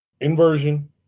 inversion